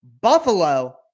Buffalo